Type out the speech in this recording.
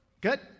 Good